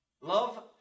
Love